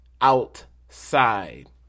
outside